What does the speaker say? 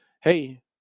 hey